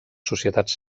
societats